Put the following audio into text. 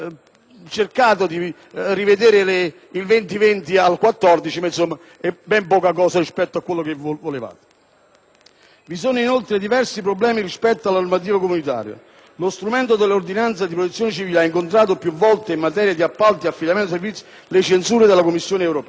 Vi sono, inoltre, diversi problemi rispetto alla normativa comunitaria. Lo strumento dell'ordinanza dì protezione civile ha incontrato più volte, in materia di appalti e affidamento di servizi, le censure della Commissione europea.